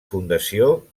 fundació